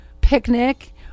Picnic